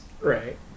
Right